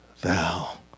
thou